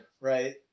Right